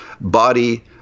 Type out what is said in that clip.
body